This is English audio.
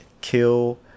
kill